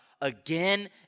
again